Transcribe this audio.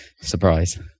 surprise